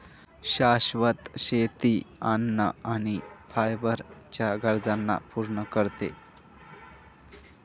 शाश्वत शेती अन्न आणि फायबर च्या गरजांना पूर्ण करते